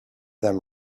them